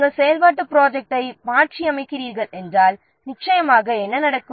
நாம் செயல்பாட்டு ப்ராஜெக்ட்டை மாற்றியமைக்கிறீறோம் என்றால் நிச்சயமாக என்ன நடக்கும்